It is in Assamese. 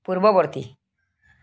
পূৰ্ৱবৰ্তী